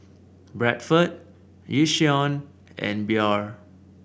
Bradford Yishion and Biore